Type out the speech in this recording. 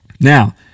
Now